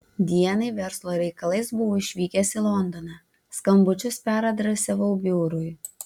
dienai verslo reikalais buvau išvykęs į londoną skambučius peradresavau biurui